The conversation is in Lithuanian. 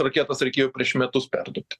raketas reikėjo prieš metus perduot